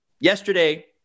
Yesterday